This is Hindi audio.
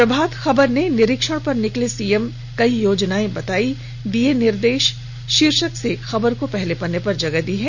प्रभात खबर ने निरीक्षण पर निकले सीएम नई योजनाएं बताई दिए कई निर्देश शीर्षक से खबर को पहले पन्ने पर जगह दी है